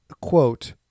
quote